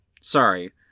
Sorry